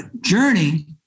journey